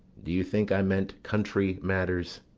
do you think i meant country matters?